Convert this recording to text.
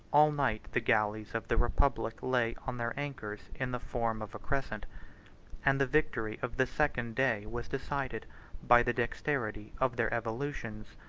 all night the galleys of the republic lay on their anchors in the form of a crescent and the victory of the second day was decided by the dexterity of their evolutions,